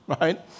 right